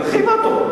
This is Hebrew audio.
היא הרחיבה אותו.